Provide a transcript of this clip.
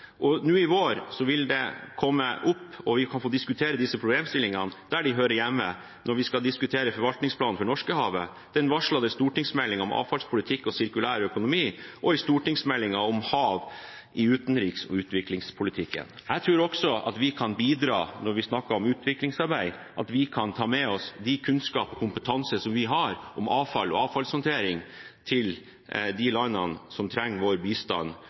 Nå i vår vil den komme opp, og vi kan få diskutere disse problemstillingene der de hører hjemme, når vi skal diskutere forvaltningsplanen for Norskehavet, den varslede stortingsmeldingen om avfallspolitikk og sirkulær økonomi og stortingsmeldingen om hav i utenriks- og utviklingspolitikken. Jeg tror også at vi kan bidra, når vi snakker om utviklingsarbeid, og ta med oss den kunnskap og kompetanse som vi har om avfall og avfallshåndtering, til de land som trenger vår bistand